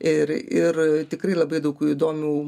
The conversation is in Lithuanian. ir ir tikrai labai daug įdomių